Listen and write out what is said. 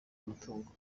amatungo